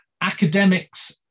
Academics